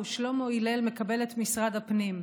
ושלמה הלל מקבל את משרד הפנים.